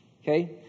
Okay